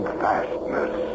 fastness